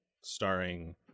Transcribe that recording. starring